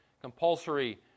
compulsory